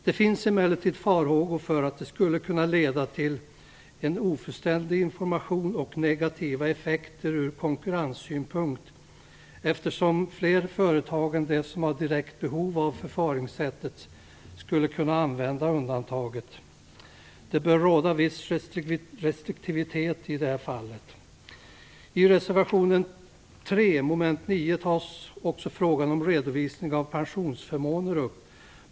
Det finns emellertid farhågor för att det skulle kunna leda till en ofullständig information och negativa effekter ur konkurrenssynpunkt, eftersom fler företag än de som har ett direkt behov av förfaringssättet skulle kunna använda undantaget. Det bör råda viss restriktivitet i det här fallet. I reservation 3 avseende mom. 9 tas också frågan om redovisning av pensionsförmåner upp.